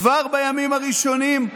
כבר בימים הראשונים,